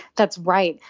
that's right,